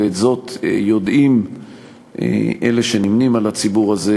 ואת זאת יודעים אלה שנמנים עם הציבור הזה,